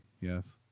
Yes